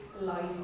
life